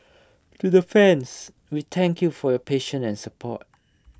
to the fans we thank you for your patience and support